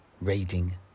raiding